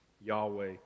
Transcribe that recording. Yahweh